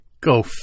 go